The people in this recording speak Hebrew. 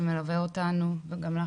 שמלווה אותנו וגם לך,